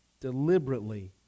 deliberately